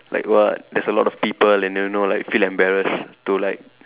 like what there's a lot of people and you know like feel embarrassed to like